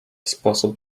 sposób